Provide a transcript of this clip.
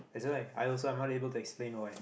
it's alright I also I'm not able to explain why